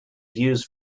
used